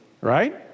right